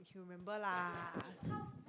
he'll remember lah